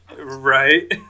Right